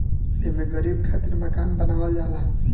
एमे गरीब खातिर मकान बनावल जाला